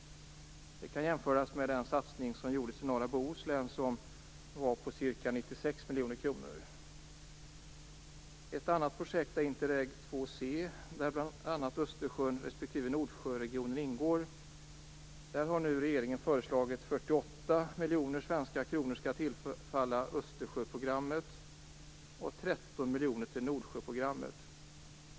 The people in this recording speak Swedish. Det kan jämföras med den satsning som gjordes i norra Bohuslän som var på ca 96 miljoner kronor. Ett annat projekt är Interreg II c, där bl.a. Östersjön inklusive Nordsjöregionen ingår. Där har nu regeringen föreslagit att 48 miljoner svenska kronor skall tillfalla Östersjöprogrammet och 13 miljoner Nordsjöprogrammet.